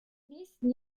nächsten